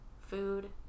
food